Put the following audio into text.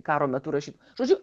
karo metu rašyt žodžiu